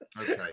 Okay